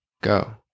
Go